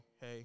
hey